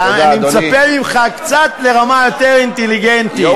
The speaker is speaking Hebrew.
אני מצפה ממך קצת לרמה יותר אינטליגנטית.